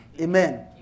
Amen